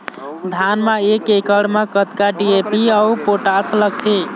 धान म एक एकड़ म कतका डी.ए.पी अऊ पोटास लगथे?